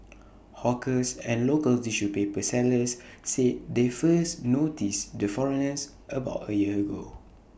hawkers and local tissue paper sellers said they first noticed the foreigners about A year ago